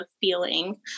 feeling